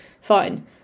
fine